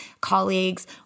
colleagues